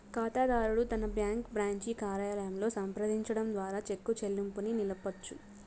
కాతాదారుడు తన bank branch కార్యాలయంలో సంప్రదించడం ద్వారా చెక్కు చెల్లింపుని నిలపొచ్చు